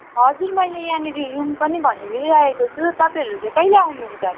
हजुर मैले यहाँनिर रुम पनि भनिदिइ राखेको छु तपाईँहरू चाहिँ कहिले आउनुहुन्छ